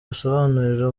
asobanurira